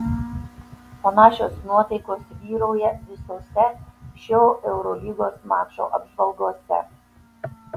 panašios nuotaikos vyrauja visose šio eurolygos mačo apžvalgose